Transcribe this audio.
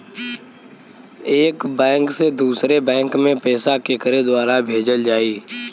एक बैंक से दूसरे बैंक मे पैसा केकरे द्वारा भेजल जाई?